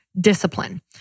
discipline